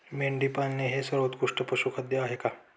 मेंढी पाळणे हे सर्वोत्कृष्ट पशुखाद्य आहे का?